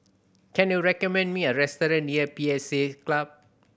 can you recommend me a restaurant near P S A Club